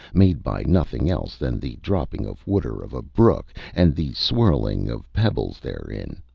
made by nothing else than the dropping of water of a brook and the swirling of pebbles therein.